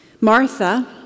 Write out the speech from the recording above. Martha